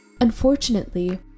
Unfortunately